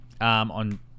on